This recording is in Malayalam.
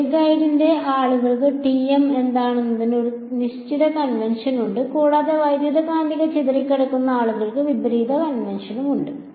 വേവ് ഗൈഡിന് ആളുകൾക്ക് ടിഎം എന്താണെന്നതിന് ഒരു നിശ്ചിത കൺവെൻഷനുണ്ട് കൂടാതെ വൈദ്യുതകാന്തിക ചിതറിക്കിടക്കുന്ന ആളുകൾക്ക് വിപരീത കൺവെൻഷനുമുണ്ട്